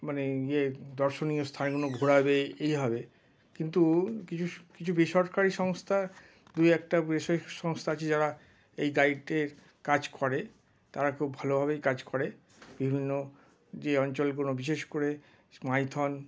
মানে ইয়ে দর্শনীয় স্থানগুলো ঘোরাবে এইভাবে কিন্তু কিছু কিছু বেসরকারি সংস্থা দু একটা বেসরকারি সংস্থা আছে যারা এই গাইডের কাজ করে তারা খুব ভালোভাবেই কাজ করে বিভিন্ন যে অঞ্চলগুলো বিশেষ করে মাইথন